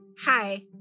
Hi